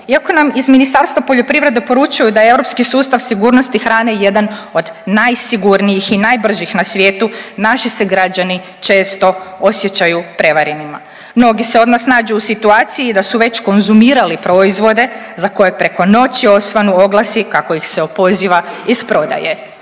Iako nam iz Ministarstva poljoprivrede poručuju da je europski sustav sigurnosti hrane jedan od najsigurnijih i najbržih na svijetu. Naši se građani često osjećaju prevarenima. Mnogi se od nas nađu u situaciji da su već konzumirali proizvode za koje preko noći osvanu oglasi kako ih se opoziva iz prodaje.